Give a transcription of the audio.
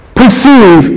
perceive